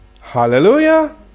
Hallelujah